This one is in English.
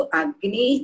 agni